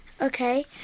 Okay